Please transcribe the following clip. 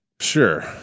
Sure